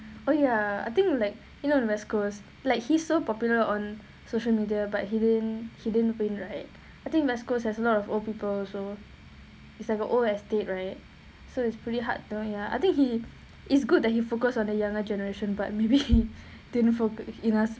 oh ya I think like you know the west coast like he's so popular on social media but he didn't he didn't win right I think west coast has lot of old people also it's like a old estate right so it's pretty hard to ya I think he is good that he focus on the younger generation but maybe he didn't focus enough